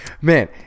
Man